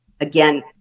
again